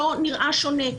לא נראה שונה.